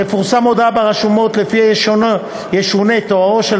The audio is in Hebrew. תפורסם הודעה ברשומות שלפיה ישונה תוארו של